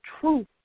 truth